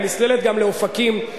היא נסללת גם לאופקים,